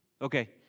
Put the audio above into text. Okay